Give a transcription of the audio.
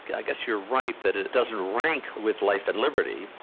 yeah i guess you're right, that it doesn't rank with life and liberty,